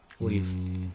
Leave